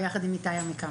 הוא נעשה יחד עם איתי עמיקם.